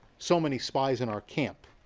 so many spies in our camp.